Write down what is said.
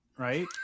Right